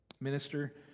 minister